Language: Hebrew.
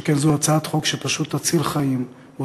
שכן זו הצעת חוק שפשוט תציל חיים או